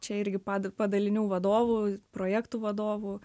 čia irgi pad padalinių vadovų projektų vadovų